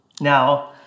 Now